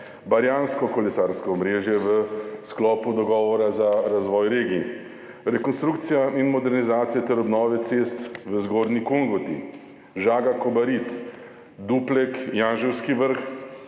Barjansko kolesarsko omrežje v sklopu dogovora za razvoj regij rekonstrukcija in modernizacija ter obnove cest v Zgornji Kungoti, Žaga–Kobarid, Duplek–Janževski Vrh,